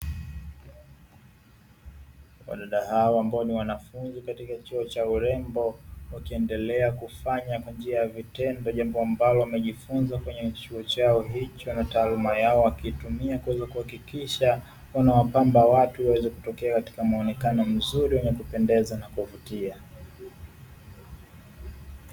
Wadada hawa ambao ni wanafunzi katika chuo cha urembo, wakiendelea kufanya kwa njia ya vitendo jambo ambalo wamejifunza kwenye chuo hicho na taaluma yao wakiitumia kuweza kuhakikisha wanawapamba watu waweze kutokea katika muonekano mzuri wenye kupendeza na kuvutia.